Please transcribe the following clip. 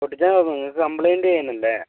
പൊട്ടിച്ചാൽ നിങ്ങൾക്ക് കംപ്ലൈൻറ്റ് ചെയ്യുന്നില്ലേ